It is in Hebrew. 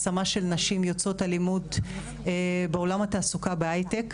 השמה של נשים יוצאות אלימות בעולם התעסוקה בהייטק.